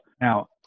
Now